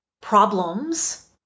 problems